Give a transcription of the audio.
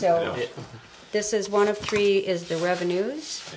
you this is one of three is the revenues